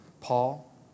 Paul